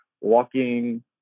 walking